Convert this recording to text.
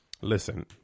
Listen